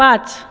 पाच